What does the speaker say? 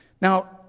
now